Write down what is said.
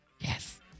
yes